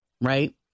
Right